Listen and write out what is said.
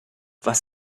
was